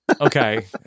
Okay